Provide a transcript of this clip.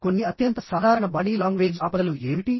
కొన్ని అత్యంత సాధారణ బాడీ లాంగ్వేజ్ ఆపదలు ఏమిటి